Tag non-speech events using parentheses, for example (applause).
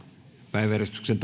päiväjärjestyksen (unintelligible)